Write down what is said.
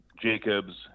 Jacobs